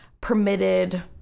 permitted